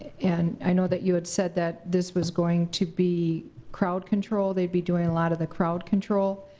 and i know that you had said that this was going to be crowd control, they'd be doing a lot of the crowd control.